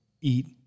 eat